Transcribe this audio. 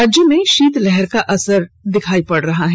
राज्य में शीतलहर का असर दिख रहा है